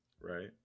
Right